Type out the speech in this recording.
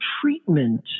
treatment